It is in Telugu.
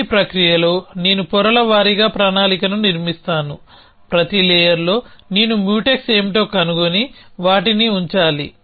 ఈ ప్రక్రియలో నేను పొరల వారీగా ప్రణాళికను నిర్మిస్తాను ప్రతి లేయర్లో నేను మ్యూటెక్స్ ఏమిటో కనుగొని వాటిని ఉంచాలి